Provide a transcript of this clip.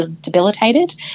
debilitated